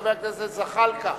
חבר הכנסת זחאלקה.